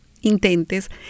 intentes